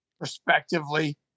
respectively